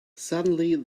suddenly